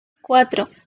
cuatro